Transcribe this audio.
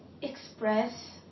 Express